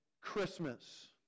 Christmas